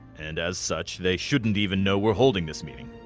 and as such, they shouldn't even know we're holding this meeting.